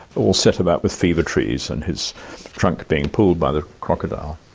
all set about with fever trees, and his trunk being pulled by the crocodile,